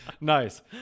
Nice